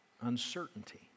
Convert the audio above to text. uncertainty